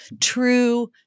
true